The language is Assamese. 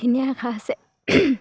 এনেই আশা আছে